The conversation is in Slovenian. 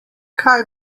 kaj